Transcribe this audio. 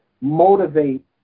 motivate